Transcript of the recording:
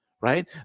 Right